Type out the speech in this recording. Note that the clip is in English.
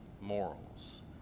morals